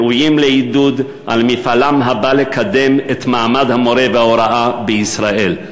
ראויים לעידוד על מפעלם הבא לקדם את מעמד המורה וההוראה בישראל.